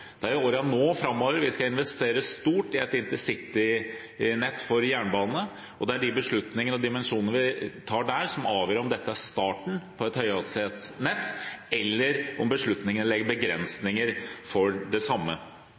Det er i årene framover vi skal investere stort i et intercitynett for jernbane, og det er de beslutningene om dimensjoneringen vi tar, som avgjør om dette er starten på et høyhastighetsnett, eller om beslutningene legger begrensninger for det samme.